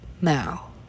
Now